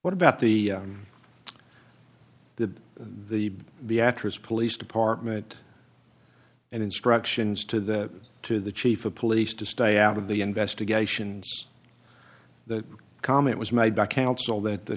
what about the the the the actress police department and instructions to the to the chief of police to stay out of the investigations the comment was made